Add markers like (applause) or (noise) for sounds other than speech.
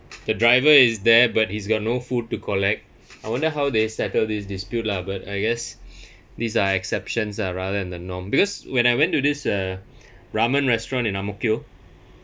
the driver is there but he's got no food to collect I wonder how they settle this dispute lah but I guess (breath) these are exceptions lah rather than the norm because when I went to this uh ramen restaurant in ang mo kio